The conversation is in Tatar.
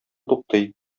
туктый